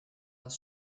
das